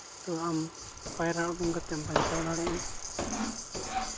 ᱛᱳ ᱟᱢ ᱯᱟᱭᱨᱟ ᱩᱰᱩᱝ ᱠᱟᱛᱮᱫ ᱠᱟᱛᱮᱢ ᱵᱟᱧᱪᱟᱣ ᱫᱟᱲᱮᱭᱟᱜᱼᱟ